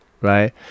Right